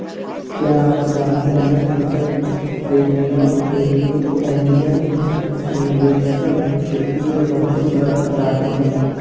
क्या आप जानते है एंटरप्रेन्योर के लिए ऐंजल इन्वेस्टर वित्तीय मदद उपलब्ध कराते हैं?